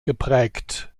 geprägt